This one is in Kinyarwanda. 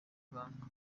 ibanga